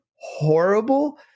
horrible